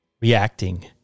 reacting